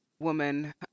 woman